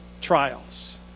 trials